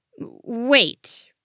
Wait